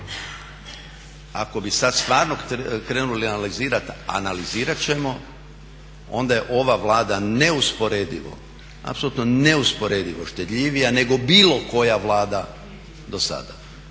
ako bi sada stvarno krenuli analizirati a analizirati ćemo onda je ova Vlada neusporedivo, apsolutno neusporedivo štedljivija nego bilo koja Vlada do sada,